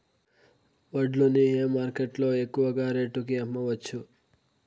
వడ్లు ని ఏ మార్కెట్ లో ఎక్కువగా రేటు కి అమ్మవచ్చు?